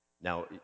Now